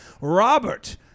Robert